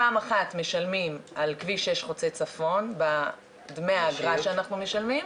פעם אחת משלמים על כביש 6 חוצה צפון בדמי האגרה שאנחנו משלמים,